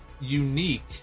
unique